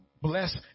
Bless